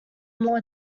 more